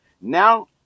Now